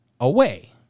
away